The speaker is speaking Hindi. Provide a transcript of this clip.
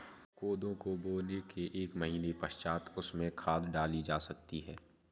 कोदो को बोने के एक महीने पश्चात उसमें खाद डाली जा सकती है